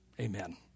Amen